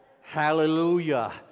Hallelujah